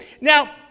Now